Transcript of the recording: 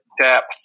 depth